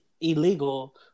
illegal